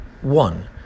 One